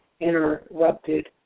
interrupted